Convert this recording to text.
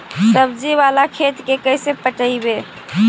सब्जी बाला खेत के कैसे पटइबै?